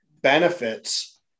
benefits